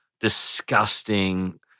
disgusting